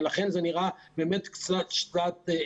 ולכן זה נראה קצת שלומיאלי.